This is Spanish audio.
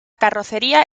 carrocería